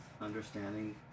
understanding